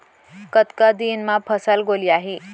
कतका दिन म फसल गोलियाही?